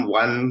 one